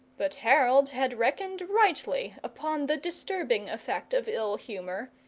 but harold had reckoned rightly upon the disturbing effect of ill-humour,